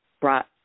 brought